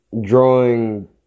drawing